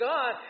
God